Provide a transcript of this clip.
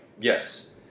Yes